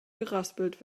geraspelt